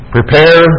Prepare